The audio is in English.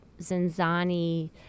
Zanzani